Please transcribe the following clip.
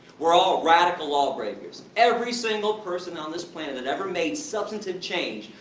were all radical lawbreakers. every single person on this planet that ever made substantive change,